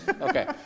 Okay